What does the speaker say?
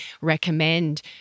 recommend